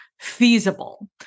feasible